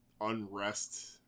unrest